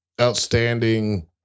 outstanding